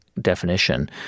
definition